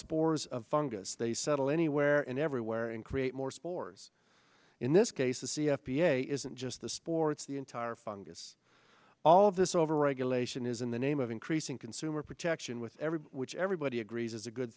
spores of fungus they settle anywhere and everywhere and create more spores in this case a c f p a isn't just the sports the entire fungus all of this overregulation is in the name of increasing consumer protection with every which everybody agrees is a good